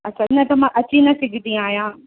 अच्छा न त मां अची न सघंदी आहियां